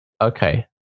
Okay